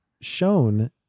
shown